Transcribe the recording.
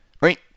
right